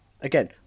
again